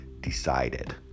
decided